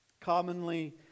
Commonly